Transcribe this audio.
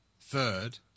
third